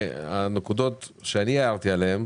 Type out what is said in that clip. הנקודות שאני הערתי עליהן,